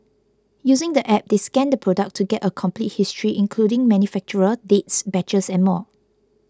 using the app they scan the product to get a complete history including manufacturer dates batches and more